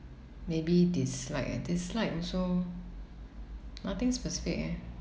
maybe dislike ah dislike also nothing specific eh